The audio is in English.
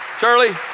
Charlie